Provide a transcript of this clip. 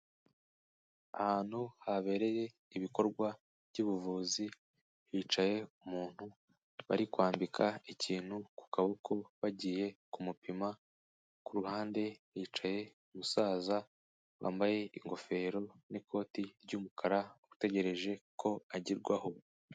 Ahantu habereye ibikorwa by'ubuvuzi, hicaye umuntu bari kwambika ikintu ku kaboko bagiye ku mupima, ku ruhande hicaye umusaza wambaye ingofero n'ikoti ry'umukara utegereje ko agerwaho.